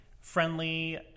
friendly